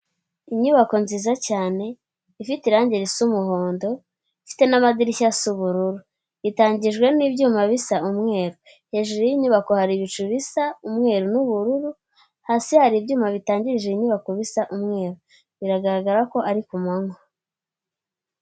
Inyubako nziza cyane ifite irange risa umuhondo, ifite n'amadirishya asa ubururu itangijwe n'ibyuma bisa umweru, hejuru y'inyubako hari ibicu bisa umweru n'ubururu, hasi hari ibyuma bitangirije inyubako bisa umweru, biragaragara ko ari ku manywa.